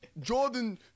Jordan